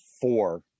four